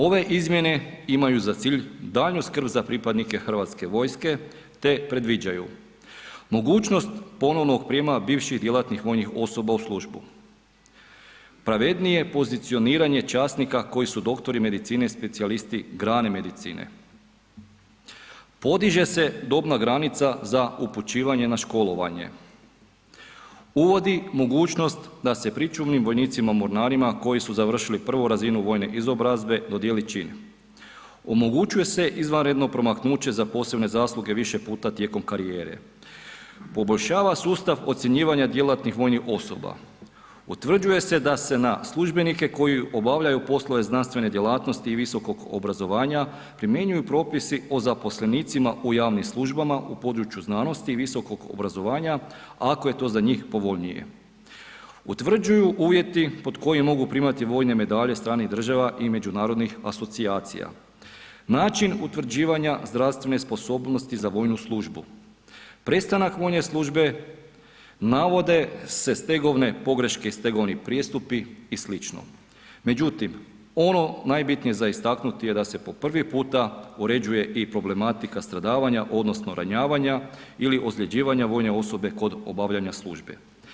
Ove izmjene imaju za cilj daljnju skrb za pripadnike HV-a, te predviđaju mogućnost ponovnog prijema bivših djelatnih vojnih osoba u službu, pravednije pozicioniranje časnika koji su doktori medicine, specijalisti grane medicine, podiže se dobna granica za upućivanje na školovanje, uvodi mogućnost da se pričuvnim vojnicima mornarima koji su završili prvu razinu vojne izobrazbe dodijeli čin, omogućuje se izvanredno promaknuće za posebne zasluge više puta tijekom karijere, poboljšava sustav ocjenjivanja djelatnih vojnih osoba, utvrđuje se da se na službenike koji obavljaju poslove znanstvene djelatnosti i visokog obrazovanja primjenjuju propisi o zaposlenicima u javnim službama u području znanosti i visokog obrazovanja ako je to za njih povoljnije, utvrđuju uvjeti pod kojim mogu primati vojne medalje stranih država i međunarodnih asocijacija, način utvrđivanja zdravstvene sposobnosti za vojnu službu, prestanak vojne službe navode se stegovne pogreške i stegovni prijestupi i slično, međutim, ono najbitnije za istaknuti je da se po prvi puta uređuje i problematika stradavanja odnosno ranjavanja ili ozljeđivanja vojne osobe kod obavljanja službe.